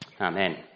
Amen